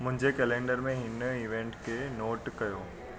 मुंहिंजे कैलेंडर में हिन ईवेंट खे नोट कयो